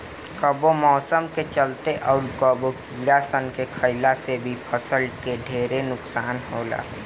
कबो मौसम के चलते, अउर कबो कीड़ा सन के खईला से भी फसल के ढेरे नुकसान होला